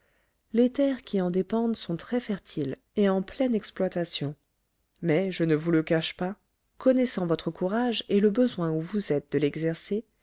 les terres qui en dépendent sont très fertiles et en pleine exploitation mais je ne vous le cache pas connaissant votre courage et le besoin où vous êtes de l'exercer